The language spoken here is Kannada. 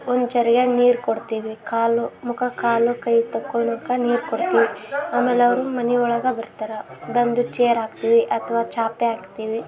ಒಂದು ಚರಿಗೆಯಲ್ಲಿ ನೀರು ಕೊಡ್ತೀವಿ ಕಾಲು ಮುಖ ಕಾಲು ಕೈ ತೊಳ್ಕೋಳೋಕೆ ನೀರು ಕೊಡ್ತೀವಿ ಆಮೇಲೆ ಅವರು ಮನೆ ಒಳಗೆ ಬರ್ತಾರೆ ಬಂದು ಚೇರ್ ಹಾಕ್ತೀವಿ ಅಥ್ವಾ ಚಾಪೆ ಹಾಕ್ತೀವಿ